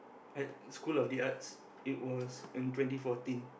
at school of the arts it was in twenty fourteen